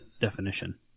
definition